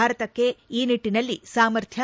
ಭಾರತಕ್ಕೆ ಈ ನಿಟ್ಟನಲ್ಲಿ ಸಾಮಥ್ಯ